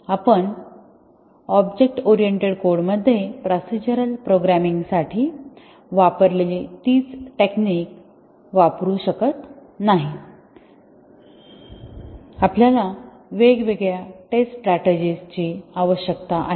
आपण object oriented कोडमध्ये procedural प्रोग्रॅमिंगसाठी वापरलेली तीच टेक्निक वापरू शकत नाही आपल्याला वेगवेगळ्या टेस्ट स्ट्रॅटेजिस ची आवश्यकता आहे